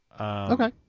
Okay